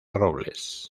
robles